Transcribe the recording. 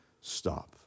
stop